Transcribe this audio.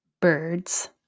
birds